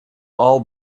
all